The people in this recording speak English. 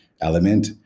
element